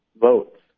votes